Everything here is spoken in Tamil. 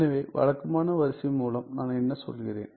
எனவே வழக்கமான வரிசை மூலம் நான் என்ன சொல்கிறேன்